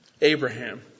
Abraham